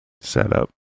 setup